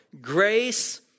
grace